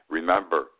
Remember